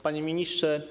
Panie Ministrze!